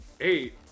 eight